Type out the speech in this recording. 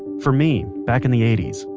for me back in the eighty s,